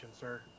sir